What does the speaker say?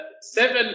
seven